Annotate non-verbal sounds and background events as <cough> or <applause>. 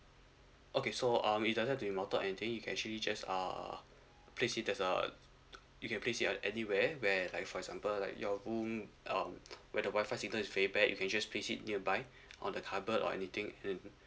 okay so um it doesn't have to be mounted on anything you can actually just uh place it that's uh you can place it at anywhere where like for example like your room um where the Wi-Fi signal is very bad you can just place it nearby <breath> on the cupboard or anything and